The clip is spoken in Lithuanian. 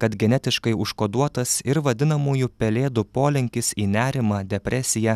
kad genetiškai užkoduotas ir vadinamųjų pelėdų polinkis į nerimą depresiją